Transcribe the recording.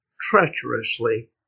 treacherously